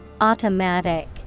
Automatic